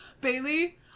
bailey